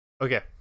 okay